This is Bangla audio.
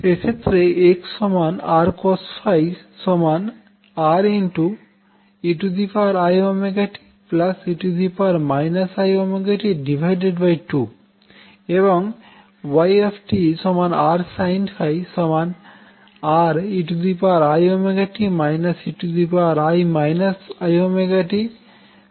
এক্ষেত্রে x Rcos Reit e it2 এবং y Rsin R2i